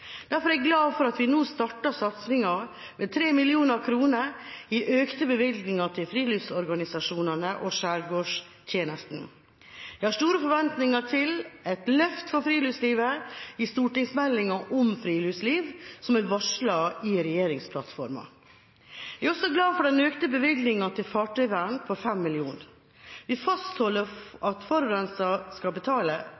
Derfor er jeg nå glad for at vi startet satsingen med 3 mill. kr i økte bevilgninger til friluftsorganisasjonene og Skjærgårdstjenesten. Jeg har store forventninger til et løft for friluftslivet i stortingsmeldingen om friluftsliv som er varslet i regjeringsplattformen. Jeg er også glad for den økte bevilgningen til fartøyvern på 5 mill. kr. Vi fastholder